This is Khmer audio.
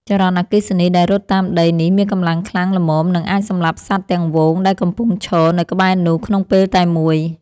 ចរន្តអគ្គិសនីដែលរត់តាមដីនេះមានកម្លាំងខ្លាំងល្មមនឹងអាចសម្លាប់សត្វទាំងហ្វូងដែលកំពុងឈរនៅក្បែរនោះក្នុងពេលតែមួយ។